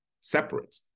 separate